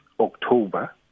October